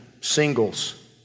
singles